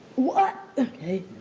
what, okay.